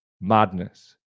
Madness